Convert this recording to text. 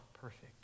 perfect